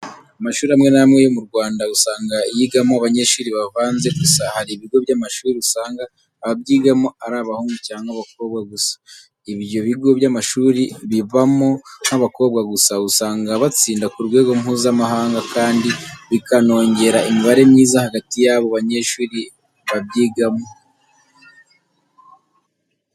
Amashuri amwe n'amwe yo mu Rwanda usanga yigamo abanyeshuri bavanze, gusa hari ibigo by'amashuri usanga ababyigamo ari abahungu cyangwa abakobwa gusa. Ibyo bigo by'amashuri bibamo nk'abakobwa gusa usanga batsinda ku rwego Mpuzamahanga kandi bikanongera imibanire myiza hagati y'abo banyeshuri babyigamo.